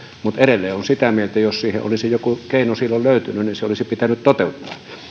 mutta edelleen olen sitä mieltä että jos siihen olisi joku keino silloin löytynyt niin se olisi pitänyt toteuttaa